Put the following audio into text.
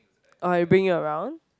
are you bring you around